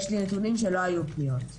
יש לי נתונים שלא היו פניות.